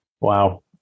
wow